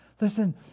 Listen